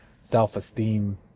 self-esteem